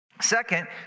Second